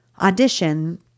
audition